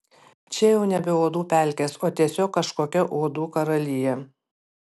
čia jau nebe uodų pelkės o tiesiog kažkokia uodų karalija